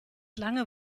lange